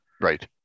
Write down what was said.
Right